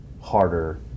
harder